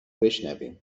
بشنویم